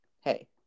hey